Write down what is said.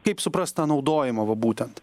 kaip suprast tą naudojimą va būtent